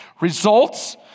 Results